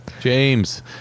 James